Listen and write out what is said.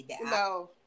No